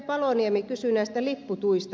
paloniemi kysyi näistä lipputuista